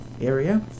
area